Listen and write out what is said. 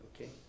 okay